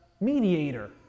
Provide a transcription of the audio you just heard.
mediator